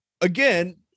again